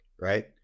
right